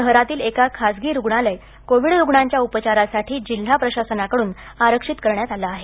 शहरातील एका खासगी रुग्णालय कोव्हिड रुग्णांच्या उपचारासाठी जिल्हा प्रशासनाकडून आरक्षीत करण्यात आले आहे